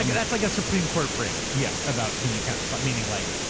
that's like a supreme court phrase. yeah. about can you count to five, meaning like,